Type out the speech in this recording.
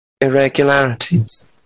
irregularities